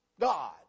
God